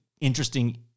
interesting